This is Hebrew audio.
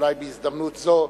אולי בהזדמנות זו,